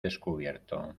descubierto